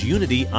Unity